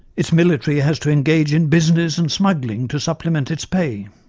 its military has to engage in business and smuggling to supplement its pay.